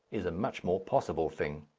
is a much more possible thing.